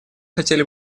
хотели